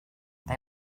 they